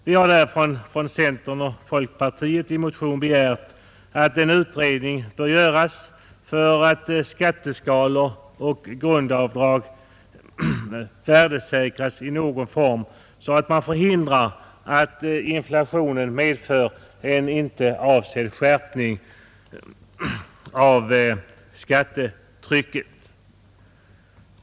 Vi har därför från centern och folkpartiet i motion begärt att en utredning skall göras för att skatteskalor och grundavdrag i någon form skall värdesäkras, så att man förhindrar att inflationen medför en inte avsedd skärpning av skattetrycket.